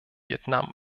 vietnam